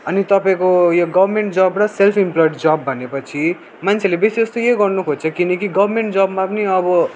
अनि तपाईँको यो गभर्मेन्ट जब र सेल्फ इम्पलोइड जब भनेपछि मान्छेले बेसी जस्तै यही गर्नुखोज्छ किनकि गभर्मेन्ट जबमा पनि अब